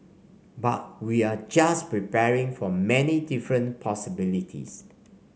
but we're just preparing for many different possibilities